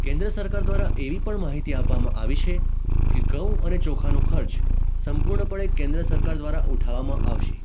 કેન્દ્ર સરકાર દ્વારા એવી પણ માહિતી આપવામાં આવી છે કે ઘઉં અને ચોખાનો ખર્ચ સંપૂર્ણપણે કેન્દ્ર સરકાર દ્વારા ઉઠાવવામાં આવશે